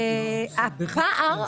לעומת זאת,